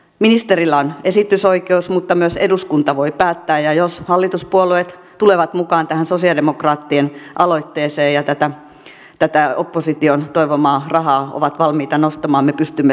ministerillä on esitysoikeus mutta myös eduskunta voi päättää ja jos hallituspuolueet tulevat mukaan tähän sosialidemokraattien aloitteeseen ja tätä opposition toivomaa rahaa ovat valmiita nostamaan me pystymme sen tekemään